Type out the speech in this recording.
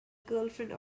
girlfriend